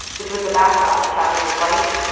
which was the backdrop for chavez's life,